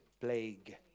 plague